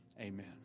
amen